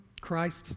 Christ